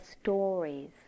stories